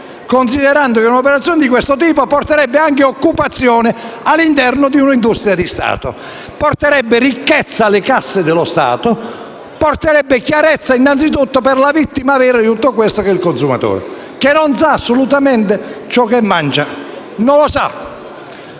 sebbene un'operazione di questo tipo porterebbe occupazione all'interno di un'industria di Stato. Porterebbe ricchezza alle casse dello Stato e farebbe chiarezza, innanzitutto, alla vittima vera di tutto questo, il consumatore, che non sa assolutamente ciò che mangia. Anche la